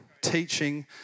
teaching